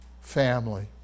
family